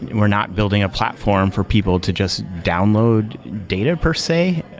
we're not building a platform for people to just download data per se,